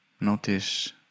notice